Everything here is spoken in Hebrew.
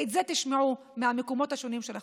ואת זה תשמעו מהמקומות השונים שלכם,